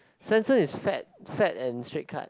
Swensen's is fat fat and straight cut